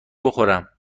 بخورم